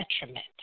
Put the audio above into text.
detriment